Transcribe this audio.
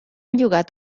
llogat